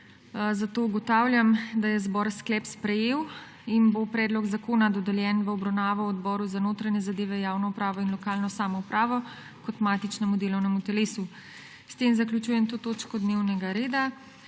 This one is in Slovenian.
40.) Ugotavljam, da je zbor sklep sprejel in bo predlog zakona dodeljen v obravnavo Odboru za notranje zadeve, javno upravo in lokalno samoupravo kot matičnemu delovnemu telesu. S tem zaključujem to točko dnevnega reda.